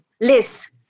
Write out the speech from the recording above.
list